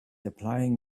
applying